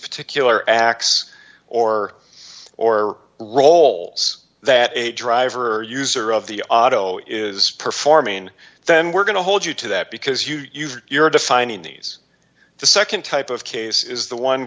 particular acts or or roles that a driver or user of the auto is performing then we're going to hold you to that because you've you're defining these the nd type of case is the one